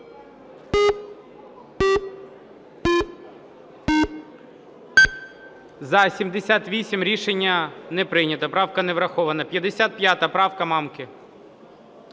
За-78 Рішення не прийнято. Правка не врахована. 55 правка Мамки.